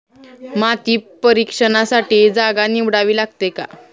माती परीक्षणासाठी जागा निवडावी लागते का?